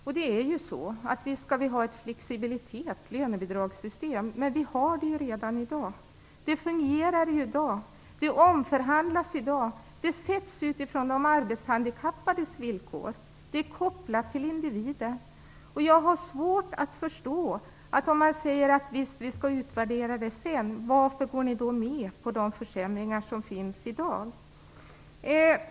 Visst skall vi ha ett flexibelt lönebidragssystem. Men vi har ju det redan i dag. Det fungerar ju i dag. Det omförhandlas i dag. Bidraget fastställs utifrån de arbetshandikappades villkor. Det är kopplat till individen. Jag har svårt att förstå att man säger att vi skall utvärdera detta sedan. Varför går ni då med på de försämringar som föreslås i dag?